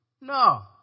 No